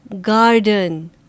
garden